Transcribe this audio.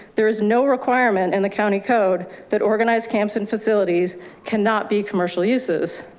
there is no requirement and the county code that organized camps and facilities can not be commercial uses.